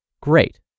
Great